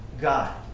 God